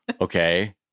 okay